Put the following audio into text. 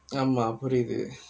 ஆமா புரியுது:aamaa puriyuthu